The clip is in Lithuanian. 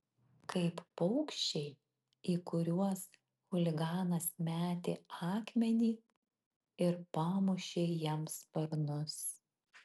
kaip paukščiai į kuriuos chuliganas metė akmenį ir pamušė jiems sparnus